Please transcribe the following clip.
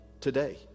today